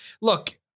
look